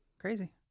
Crazy